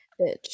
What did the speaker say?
Bitch